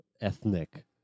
ethnic